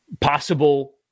possible